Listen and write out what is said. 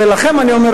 ולכם אני אומר,